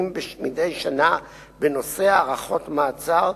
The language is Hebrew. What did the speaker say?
העליון מתקיימים בסביבות 1,000 דיונים מדי שנה בנושא הארכות מעצר,